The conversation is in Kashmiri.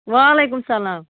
وعلیکُم سلام